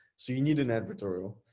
so you need an advertorial.